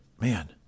man